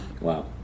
Wow